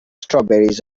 strawberries